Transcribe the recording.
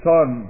Son